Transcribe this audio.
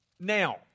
Now